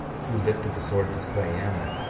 who lifted the sword to slay ammon,